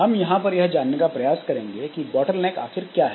हम यहां पर यह जानने का प्रयास करेंगे कि बोटलनेक आखिर क्या है